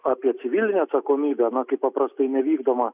apie civilinę atsakomybę na kai paprastai nevykdoma